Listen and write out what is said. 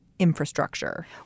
infrastructure